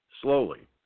slowly